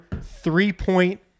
three-point